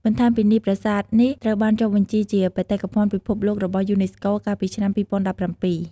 បន្ថែមពីនេះ ប្រាសាទនេះត្រូវបានចុះបញ្ជីជា បេតិកភណ្ឌពិភពលោករបស់យូណេស្កូ កាលពីឆ្នាំ ២០១៧។